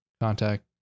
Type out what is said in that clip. contact